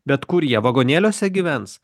bet kur jie vagonėliuose gyvens